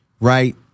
right